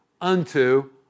unto